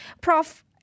Prof